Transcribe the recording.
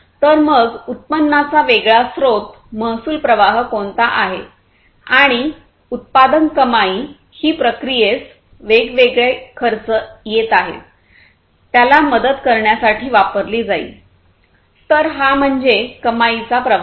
तर मग उत्पन्नाचा वेगळा स्रोत महसूल प्रवाह कोणता आहे आणि उत्पादन कमाई ही प्रक्रियेस वेगवेगळे खर्च येत आहेत त्याला मदत करण्यासाठी वापरली जाईल तर हा म्हणजे कमाईचा प्रवाह